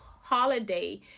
Holiday